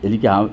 എനിക്കാ